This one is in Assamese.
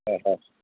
হয় হয়